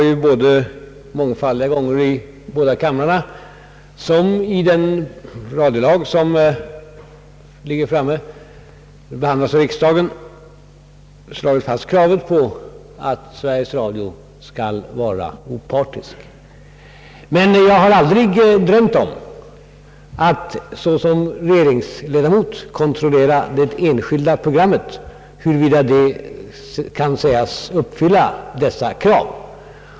Jag har mångfaldiga gånger i båda kamrarna — i enlighet med vad som anges i den radiolag som föreligger till behandling av riksdagen — slagit fast kravet på att Sveriges Radio skall vara opartisk, men jag har aldrig drömt om att såsom regeringsledamot kontrollera det enskilda pro Ssrammet och avgöra, huruvida det kan sägas uppfylla detta krav.